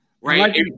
right